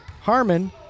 Harmon